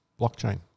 blockchain